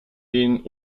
den